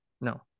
no